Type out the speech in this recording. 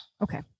Okay